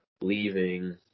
leaving